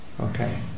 Okay